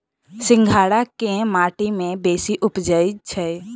सिंघाड़ा केँ माटि मे बेसी उबजई छै?